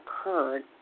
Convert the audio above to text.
occurred